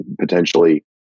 potentially